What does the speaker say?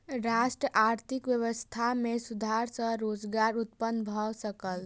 राष्ट्रक आर्थिक व्यवस्था में सुधार सॅ रोजगार उत्पन्न भ सकल